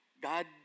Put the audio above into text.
God